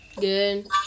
Good